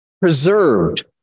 preserved